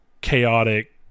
chaotic